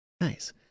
Nice